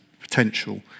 potential